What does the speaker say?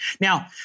Now